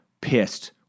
pissed